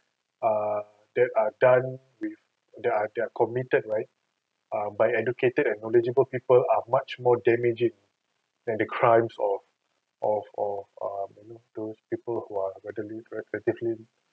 err that are done with that are that are committed right err by educated and knowledgeable people are much more damaging than the crimes of of of um that means those people who are particularly